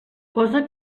cosa